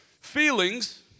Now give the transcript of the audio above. Feelings